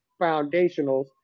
foundationals